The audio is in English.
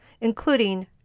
Including